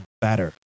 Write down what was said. better